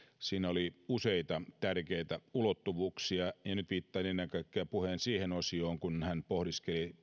siinä oli useita tärkeitä ulottuvuuksia ja nyt viittaan ennen kaikkea puheen siihen osioon kun hän pohdiskeli